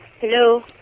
Hello